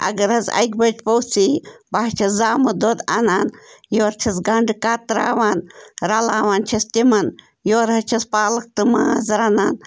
اَگر حظ اَکہِ بَجہِ پوٚژھ یی بہٕ حظ چھَس زامُت دۄد اَنان یورٕ چھَس گَنٛڈٕ کَتراوان رَلاوان چھَس تِمَن یورٕ حظ چھَس پالَک تہٕ ماز رَنان